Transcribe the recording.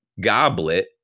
goblet